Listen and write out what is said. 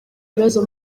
bibazo